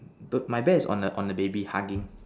don't my bear is on the on the baby hugging